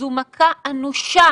זו מכה אנושה